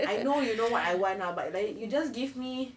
I know you know what I want lah but like you just give me